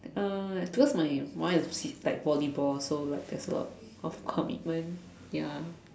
uh because my one is is like volleyball so like there is a lot of commitment ya